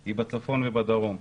היא בצפון ובדרום.